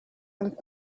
and